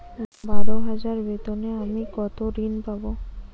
বারো হাজার বেতনে আমি কত ঋন পাব?